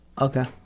Okay